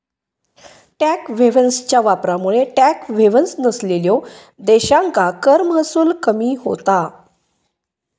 tax हेव्हन्सच्या वापरामुळे tax havens नसलेल्यो देशांका कर महसूल कमी होता